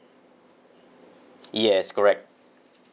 yes correct